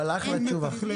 אבל אחלה תשובה.